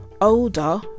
older